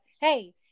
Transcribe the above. hey